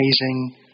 amazing